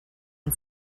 and